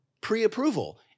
pre-approval